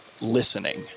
listening